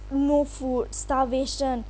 no food starvation